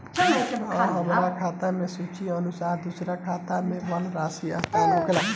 आ हमरा खाता से सूची के अनुसार दूसरन के खाता में बल्क राशि स्थानान्तर होखेला?